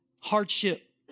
hardship